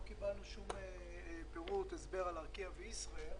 ולא קיבלנו שום פירוט והסבר על ארקיע וישראייר.